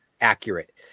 Accurate